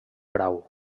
brau